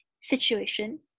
situation